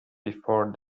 before